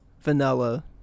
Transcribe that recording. Vanilla